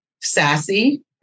sassy